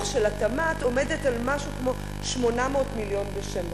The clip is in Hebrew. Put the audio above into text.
של התמ"ת עומדת על משהו כמו 800 מיליון בשנה.